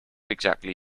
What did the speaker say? exactly